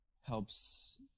helps